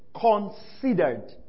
considered